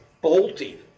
bolting